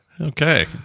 Okay